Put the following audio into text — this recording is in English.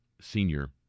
senior